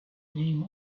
name